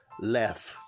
left